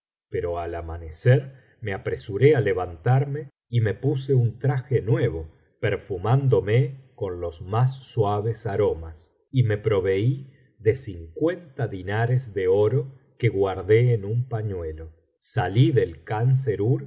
pero al amanecer me apresuré á levantarme y me puse un traje nuevo perfumándome con los más suaves aromas y biblioteca valenciana generalitat valenciana las mil noches y una noche me proveí de cincuenta dinares de oro que guardé en un pañuelo salí del